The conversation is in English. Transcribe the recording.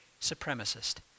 supremacist